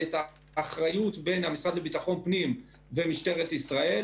האחריות בין המשרד לביטחון פנים ומשטרת ישראל,